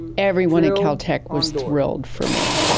everyone at caltech was thrilled for me.